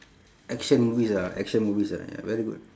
action movies ah action movies ah ya very good